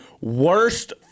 worst